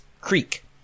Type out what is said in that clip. Creek